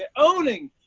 and owning!